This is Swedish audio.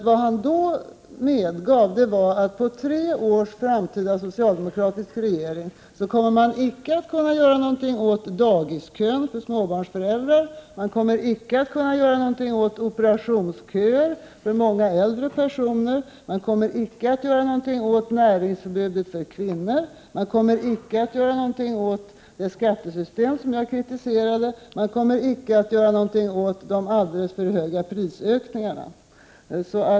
Vad han då medgav var att under tre års framtida socialdemokratiskt regerande kommer man icke att kunna göra någonting åt dagiskön för småbarnsföräldrar, man kommer icke att kunna göra någonting åt operationsköerna för många äldre personer, man kommer icke att göra någonting åt näringsförbudet för kvinnor, man kommer icke att göra någonting åt det skattesystem som jag kritiserade och man kommer icke att göra någonting åt de alldeles för höga prisökningarna.